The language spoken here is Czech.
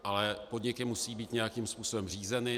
Ale podniky musí být nějakým způsobem řízeny.